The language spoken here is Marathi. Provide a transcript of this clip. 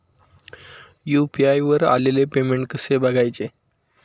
यु.पी.आय वर आलेले पेमेंट कसे बघायचे?